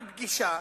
בפגישה